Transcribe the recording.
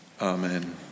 Amen